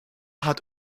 hat